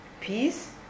peace